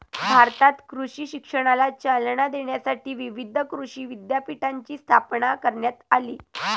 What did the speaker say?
भारतात कृषी शिक्षणाला चालना देण्यासाठी विविध कृषी विद्यापीठांची स्थापना करण्यात आली